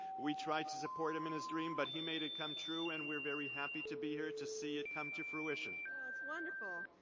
we tried to support him and his dream, but he made it come true, and we're very happy to be here to see it come to fruition. jones that's wonderful.